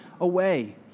away